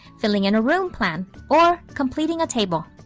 filling in a room plan or completing a table.